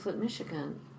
Michigan